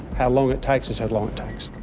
how long it takes is how long it takes.